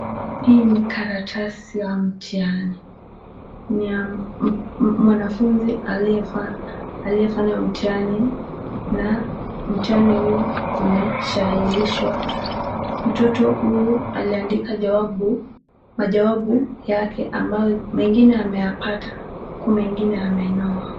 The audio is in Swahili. Hii ni karatasi ya mtihani. Ni ya mwanafunzi aliyefanya mtihani, na mtihani huu umesahihishwa. Mtoto huyu aliandika jawabu, majawabu yake ambayo mengine ameyapata huku mengine ameyanoa.